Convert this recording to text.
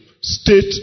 State